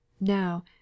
Now